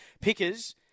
pickers